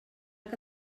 que